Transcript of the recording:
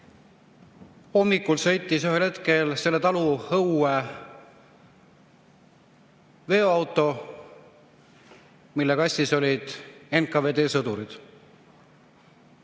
hommikul sõitis selle talu õue veoauto, mille kastis olid NKVD sõdurid.